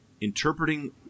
interpreting